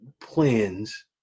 plans